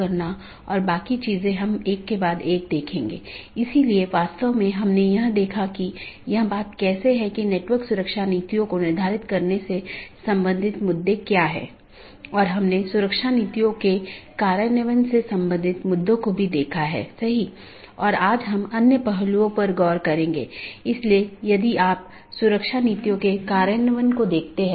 यदि आप पिछले लेक्चरों को याद करें तो हमने दो चीजों पर चर्चा की थी एक इंटीरियर राउटिंग प्रोटोकॉल जो ऑटॉनमस सिस्टमों के भीतर हैं और दूसरा बाहरी राउटिंग प्रोटोकॉल जो दो या उससे अधिक ऑटॉनमस सिस्टमो के बीच है